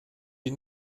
die